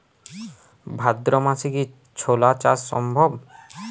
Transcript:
ভাদ্র মাসে কি ছোলা চাষ সম্ভব?